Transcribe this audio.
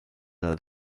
elav